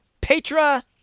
Petra